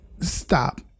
stop